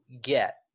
get